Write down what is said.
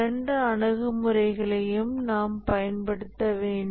இரண்டு அணுகுமுறைகளையும் நாம் பயன்படுத்த வேண்டும்